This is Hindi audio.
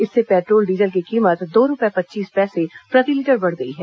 इससे पेट्रोल डीजल की कीमत दो रूपये पच्चीस पैसे प्रति लीटर बढ़ गई है